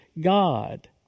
God